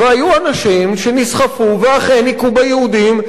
והיו אנשים שנסחפו ואכן הכו ביהודים,